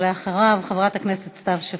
ואחריו, חברת הכנסת סתיו שפיר.